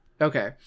okay